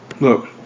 Look